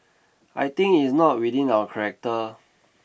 I think it is not within our character